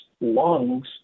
lungs